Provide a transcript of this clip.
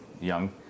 young